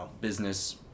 business